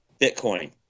Bitcoin